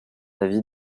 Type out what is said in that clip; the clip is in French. avis